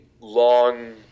long